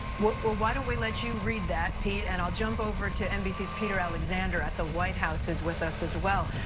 well, why don't we let you read that, pete? and i'll jump over to nbc's peter alexander at the white house, who is with us as well.